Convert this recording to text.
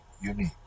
unique